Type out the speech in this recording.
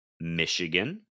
Michigan